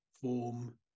form